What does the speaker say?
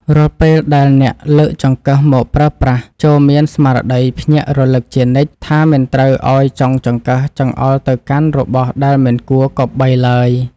រាល់ពេលដែលអ្នកលើកចង្កឹះមកប្រើប្រាស់ចូរមានស្មារតីភ្ញាក់រលឹកជានិច្ចថាមិនត្រូវឱ្យចុងចង្កឹះចង្អុលទៅកាន់របស់ដែលមិនគួរគប្បីឡើយ។